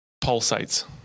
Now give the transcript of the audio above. pulsates